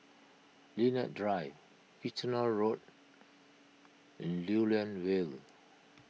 Lilac Drive Kitchener Road and Lew Lian Vale